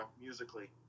musically